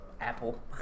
apple